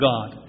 God